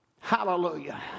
Hallelujah